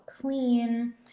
clean